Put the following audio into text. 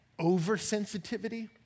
oversensitivity